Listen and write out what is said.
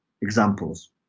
examples